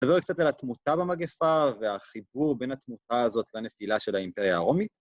נדבר קצת על התמותה במגפה והחיבור בין התמותה הזאת לנפילה של האימפריה הרומית.